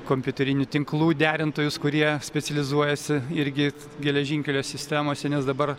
kompiuterinių tinklų derintojus kurie specializuojasi irgi geležinkelio sistemose nes dabar